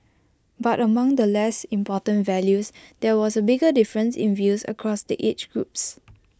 but among the less important values there was A bigger difference in views across the age groups